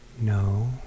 No